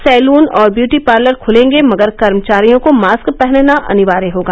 salon और beauty parlour खुलेंगे मगर कर्मचारियों को मास्क पहनना अनिवार्य होगा